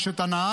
יש את הנהג,